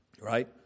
right